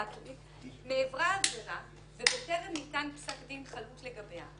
"נעברה עבירה ובטרם ניתן פסק-דין חלוט לגביה,